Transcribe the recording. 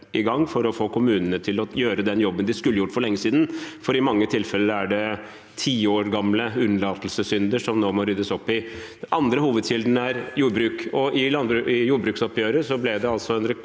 for å få kommunene til å gjøre den jobben de skulle gjort for lenge siden, for i mange tilfeller er det tiårgamle unnlatelsessynder som det nå må ryddes opp i. Den andre hovedkilden er jordbruk, og i jordbruksoppgjøret ble det en rekordhøy